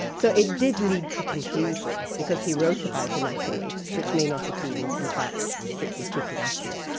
so it did lead to confusion because he wrote about anatomy which may not have been in fact, strictly speaking, accurate.